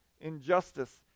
injustice